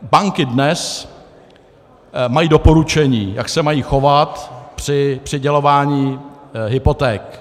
Banky dnes mají doporučení, jak se mají chovat při přidělování hypoték.